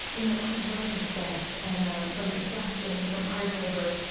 you know, on the verge of death, and um from exhaustion and from hard labor,